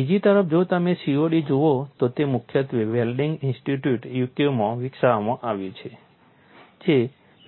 બીજી તરફ જો તમે COD જુઓ તો તે મુખ્યત્વે વેલ્ડિંગ ઇન્સ્ટિટ્યૂટ UK માં વિકસાવવામાં આવ્યું છે જે